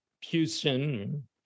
Houston